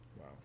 Wow